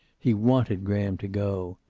he wanted graham to go.